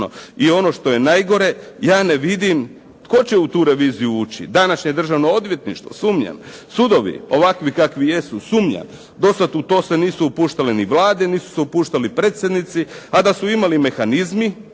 I ono što je najgore ja ne vidim tko će u tu reviziju ući, današnje Državno odvjetništvo sumnjam, sudovi, ovakvi kakvi jesu sumnjam, do sada nisu se u to upuštali ni Vlade, nisu se upuštali predsjednici, a da su imali mehanizme